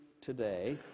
today